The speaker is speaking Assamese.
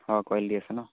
অঁ দি আছে ন